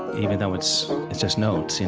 even though it's it's just notes.